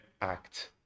act